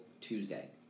Tuesday